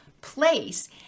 place